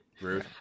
Rude